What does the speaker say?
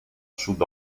sud